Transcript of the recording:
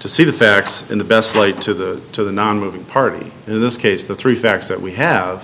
to see the facts in the best light to the to the nonmoving party in this case the three facts that we have